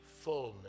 fullness